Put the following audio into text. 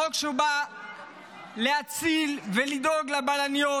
חוק שבא להציל ולדאוג לבלניות.